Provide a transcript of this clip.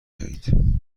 دهید